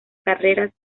carreras